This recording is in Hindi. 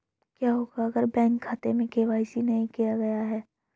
क्या होगा अगर बैंक खाते में के.वाई.सी नहीं किया गया है?